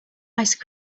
ice